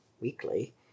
weekly